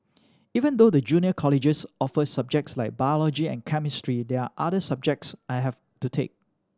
even though the junior colleges offer subjects like biology and chemistry there are other subjects I have to take